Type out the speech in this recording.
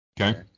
Okay